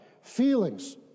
Feelings